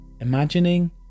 Imagining